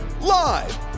Live